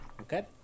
Okay